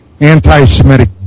anti-Semitic